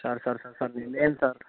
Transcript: sir sir sir sir నేను లేను sir